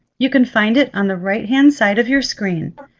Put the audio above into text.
you can find it on the right-hand side of your screen.